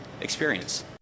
experience